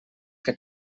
que